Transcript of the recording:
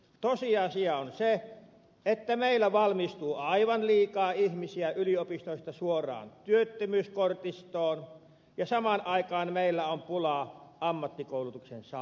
tosiasia on se että meillä valmistuu aivan liikaa ihmisiä yliopistoista suoraan työttömyyskortistoon ja samaan aikaan meillä on pulaa ammattikoulutuksen saaneista